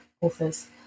authors